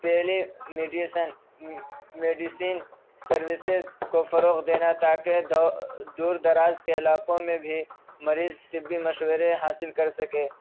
ٹیلی medicine medicine services کو فروغ دینا ت اکہ دور دراز کے علاقوں میں بھی مریض طبّی مشورے حاصل کر سکے